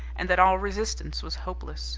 and that all resistance was hopeless